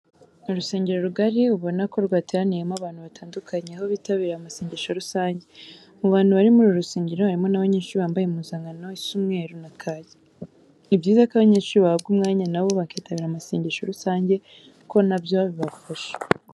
Urusengero rugari ubona ko rwateraniyemo abantu batandukanye, aho bitabiriye amasengesho rusange. Mu bantu bari muri uru rusengero harimo n'abanyeshuri bambaye impuzankano isa umweru na kake. Ni byiza ko abanyeshuri bahabwa umwanya na bo bakitabira amasengesho rusange kuko na byo bibafasha.